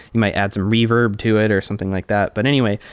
you might add some reverb to it or something like that. but anyway,